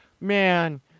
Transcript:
man